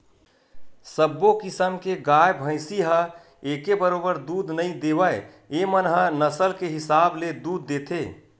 सब्बो किसम के गाय, भइसी ह एके बरोबर दूद नइ देवय एमन ह नसल के हिसाब ले दूद देथे